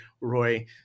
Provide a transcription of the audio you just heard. Roy